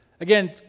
Again